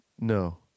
No